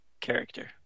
character